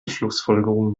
schlussfolgerung